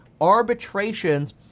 arbitrations